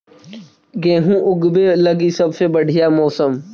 गेहूँ ऊगवे लगी सबसे बढ़िया मौसम?